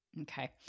Okay